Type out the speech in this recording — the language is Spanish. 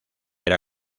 era